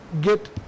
get